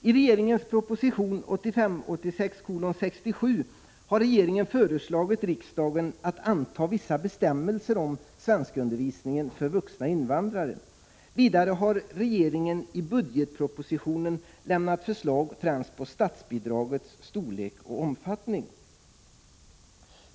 I regeringens proposition 1985/86:67 har regeringen föreslagit riksdagen att anta vissa bestämmelser om svenskundervisningen för vuxna invandrare. Vidare har regeringen i budgetpropositionen lämnat förslag främst om statsbidragets storlek och omfattning.